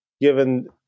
given